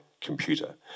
computer